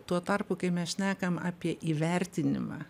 tuo tarpu kai mes šnekam apie įvertinimą